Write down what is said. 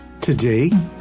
Today